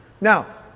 Now